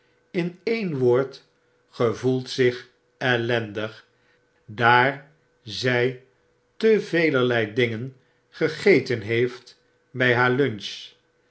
in een woord gevoelt zich ellendig daar zij te velerlei dingen gegeten heeft bjj haar lunch